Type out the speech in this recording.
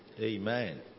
Amen